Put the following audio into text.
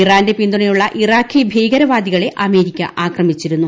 ഇറാന്റെ പിന്തുണയുള്ള ഇറാഖി ഭീകരവാദികളെ അമേരിക്ക ആക്രമിച്ചിരുന്നു